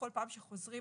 כל פעם שחוזרים